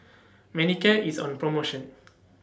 Manicare IS on promotion